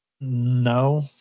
No